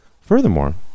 Furthermore